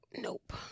Nope